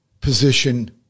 position